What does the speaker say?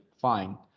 fine